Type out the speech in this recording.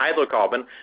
hydrocarbon